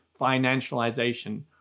financialization